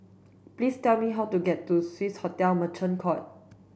please tell me how to get to Swissotel Merchant Court